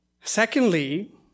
Secondly